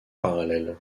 parallèles